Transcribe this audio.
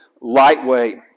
lightweight